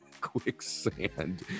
quicksand